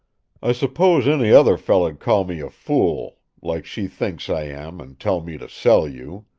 i s'pose any other feller'd call me a fool like she thinks i am and tell me to sell you.